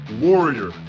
warrior